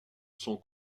sont